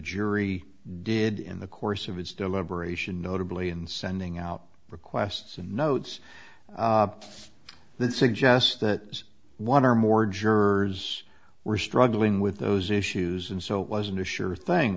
jury did in the course of his deliberation notably in sending out requests and notes that suggest that one or more jurors were struggling with those issues and so it wasn't a sure thing